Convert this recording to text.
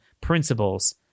principles